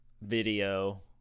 video